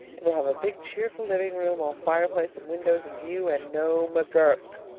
and we'll have a big cheerful living room, all fireplace and windows and view, and no mcgurk.